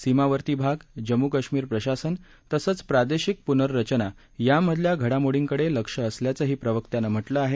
सीमावर्ती भाग जम्मू कश्मीर प्रशासन तसंच प्रादेशिक प्नर्रचना यामधल्या घडामोडींकडे लक्ष असल्याचंही प्रवक्त्यानं म्हटलं आहे